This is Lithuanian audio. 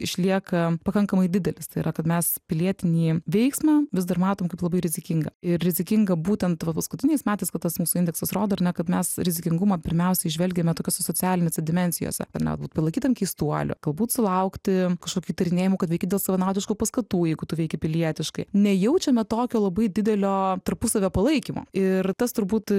išlieka pakankamai didelis tai yra kad mes pilietinį veiksmą vis dar matom kaip labai rizikingą ir rizikinga būtent va paskutiniais metais kad tas mūsų indeksas rodo ar ne kad mes rizikingumą pirmiausia įžvelgiame tokios socialinėse dimensijose ar ne būt palaikytam keistuoliu galbūt sulaukti kažkokių įtarinėjimų kad veiki dėl savanaudiškų paskatų jeigu tu veiki pilietiškai nejaučiame tokio labai didelio tarpusavio palaikymo ir tas turbūt